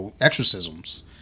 exorcisms